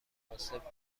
مناسب